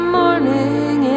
morning